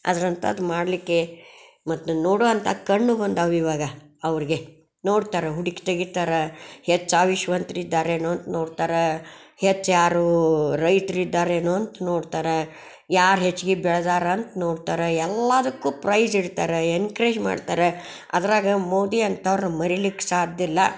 ಅದ್ರಂತಾದ್ದು ಮಾಡಲಿಕ್ಕೆ ಮತ್ತು ನೋಡುವಂಥ ಕಣ್ಣು ಬಂದಾವೆ ಇವಾಗ ಅವ್ರಿಗೆ ನೋಡ್ತಾರೆ ಹುಡುಕಿ ತೆಗಿತಾರೆ ಹೆಚ್ಚು ಆಯುಶ್ವವಂತರು ಇದ್ದಾರೇನೋ ಅಂತ ನೋಡ್ತಾರೆ ಹೆಚ್ಚು ಯಾರೂ ರೈತರಿದ್ದಾರೆನೋ ಅಂತ ನೋಡ್ತಾರೆ ಯಾರು ಹೆಚ್ಚಿಗೆ ಬೆಳೆದಾರೆ ಅಂತ ನೋಡ್ತಾರೆ ಎಲ್ಲಾದಕ್ಕೂ ಪ್ರೈಜ್ ಇಡ್ತಾರೆ ಎನ್ಕ್ರೇಜ್ ಮಾಡ್ತಾರೆ ಅದ್ರಾಗ ಮೋದಿ ಅಂಥವ್ರು ಮರಿಲಿಕ್ಕೆ ಸಾಧ್ಯವಿಲ್ಲ